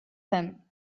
him